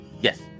Yes